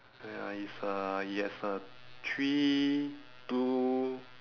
ya it's a it has a three blue